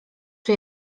czy